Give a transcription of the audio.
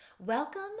Welcome